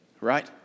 Right